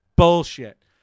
Bullshit